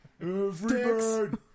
Freebird